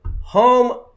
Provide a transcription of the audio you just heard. home